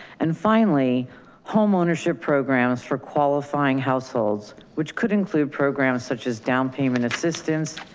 and finally home ownership programs for qualifying households, which could include programs such as down payment assistance,